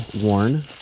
worn